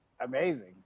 amazing